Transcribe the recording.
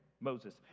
Moses